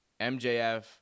MJF